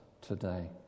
today